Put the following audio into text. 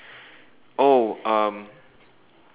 oh um